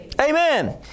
Amen